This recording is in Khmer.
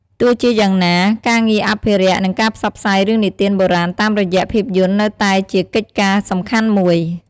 ទោះជាយ៉ាងណា ការងារអភិរក្ស និងការផ្សព្វផ្សាយរឿងនិទានបុរាណតាមរយៈភាពយន្តនៅតែជាកិច្ចការសំខាន់មួយ។